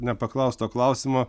nepaklaust to klausimo